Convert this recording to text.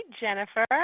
Jennifer